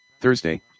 thursday